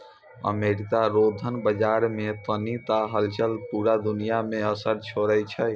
America रो धन बाजार मे कनी टा हलचल पूरा दुनिया मे असर छोड़ै छै